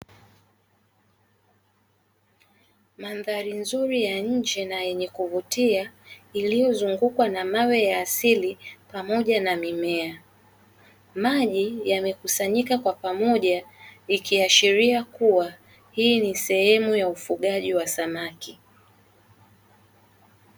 Mandhari nzuri ya nje na yenye kuvutia iliyozungukwa na mawe ya asili pamoja na mimea maji yamekusanyika kwa pamoja ikiashiria kuwa hii ni sehemu ya ufugaji wa samaki.